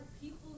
people